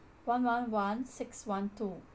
one one one six one two